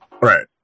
right